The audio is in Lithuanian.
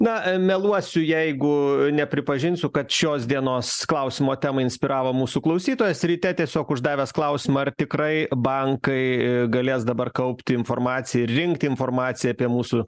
na meluosiu jeigu nepripažinsiu kad šios dienos klausimo temą inspiravo mūsų klausytojas ryte tiesiog uždavęs klausimą ar tikrai bankai galės dabar kaupti informaciją ir rinkti informaciją apie mūsų